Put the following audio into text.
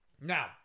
Now